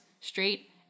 straight